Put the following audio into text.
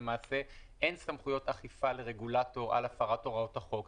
שאין סמכויות אכיפה לרגולטור על הפרת הוראות החוק,